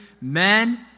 men